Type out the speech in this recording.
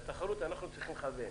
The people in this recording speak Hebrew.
את התחרות אנחנו צריכים לכוון.